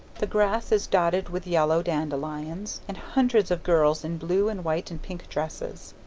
the grass is dotted with yellow dandelions and hundreds of girls in blue and white and pink dresses.